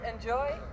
enjoy